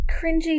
cringy